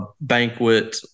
banquet